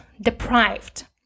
deprived